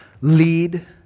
lead